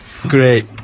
Great